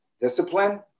Discipline